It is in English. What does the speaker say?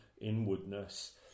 inwardness